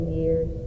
years